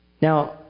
Now